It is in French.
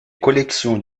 collections